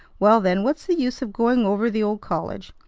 well, then, what's the use of going over the old college?